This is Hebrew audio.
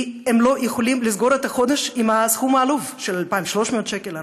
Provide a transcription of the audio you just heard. כי הם לא יכולים לסגור את החודש עם סכום עלוב של 2,300 שקל,